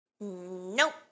Nope